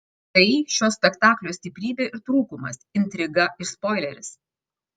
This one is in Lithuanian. tai šio spektaklio stiprybė ir trūkumas intriga ir spoileris